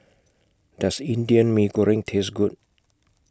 Does Indian Mee Goreng Taste Good